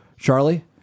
Charlie